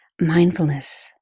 mindfulness